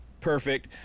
perfect